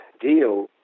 deal